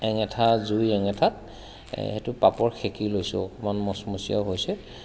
অঙঠা জুই অঙঠা এইটো পাপৰ সেকি লৈছোঁ অকণমান মচমচীয়াও হৈছে